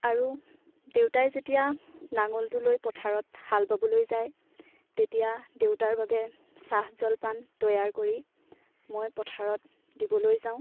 আৰু দেউতাই যেতিয়া নাঙলটো লৈ পথাৰত হাল বাবলৈ যাই তেতিয়া দেউতাৰ বাবে চাহ জলপান তৈয়াৰ কৰি মই পথাৰত দিবলৈ যাওঁ